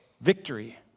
victory